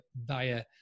via